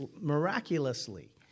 miraculously